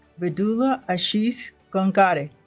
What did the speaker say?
vidula ashish gongade